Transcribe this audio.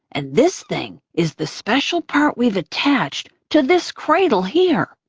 and this thing is the special part we've attached to this cradle here.